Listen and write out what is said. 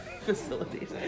facilities